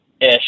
ish